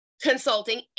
consulting